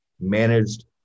managed